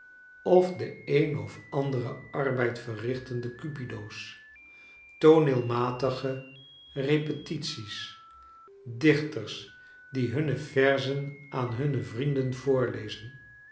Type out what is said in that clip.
of den een of anderen arbeid verrichtende cu pi do's tooneelmatige repetities dichters die hunne verzen aan hunne vrienden voorlezen